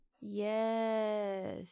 Yes